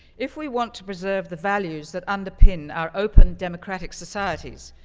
if we want to preserve the values that underpin our open, democratic societies,